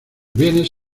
bienes